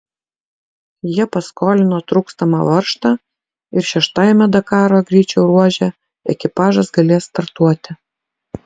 jie paskolino trūkstamą varžtą ir šeštajame dakaro greičio ruože ekipažas galės startuoti